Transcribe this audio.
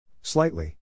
Slightly